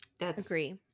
Agree